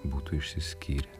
būtų išsiskyrę